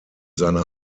seine